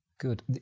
Good